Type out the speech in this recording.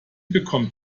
bekommt